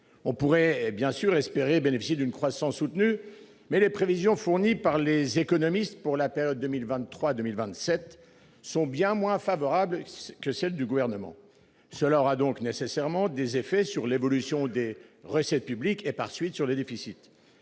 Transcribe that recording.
On pourrait et, bien sûr, espérer bénéficier d'une croissance soutenue. Mais les prévisions fournies par les économistes, pour la période 2023 2027 sont bien moins favorable que celle du gouvernement. Cela aura donc nécessairement des effets sur l'évolution des recettes publiques et par suite sur les déficits.